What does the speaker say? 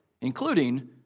including